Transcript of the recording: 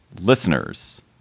Listeners